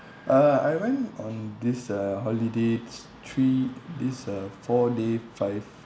uh I went on this uh holiday it's three this uh four day five